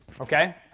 Okay